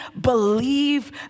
believe